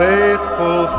Faithful